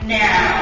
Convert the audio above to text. now